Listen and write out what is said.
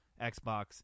Xbox